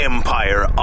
Empire